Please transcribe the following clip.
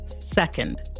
Second